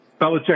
Belichick